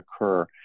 occur